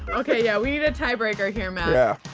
okay, yeah we need a tie breaker here, matt. yeah